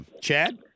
Chad